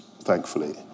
thankfully